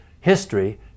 history